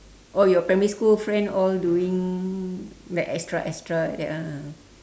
oh your primary school friend all doing like extra extra like that ah